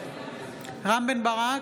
רם בן ברק,